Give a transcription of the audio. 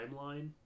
timeline